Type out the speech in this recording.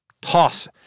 toss